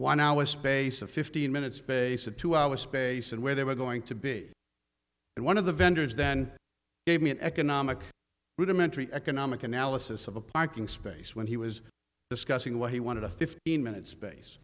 a space of fifteen minutes space of two hours space and where they were going to be and one of the vendors then gave me an economic freedom entry economic analysis of a parking space when he was discussing why he wanted a fifteen minute space